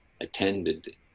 attended